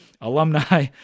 alumni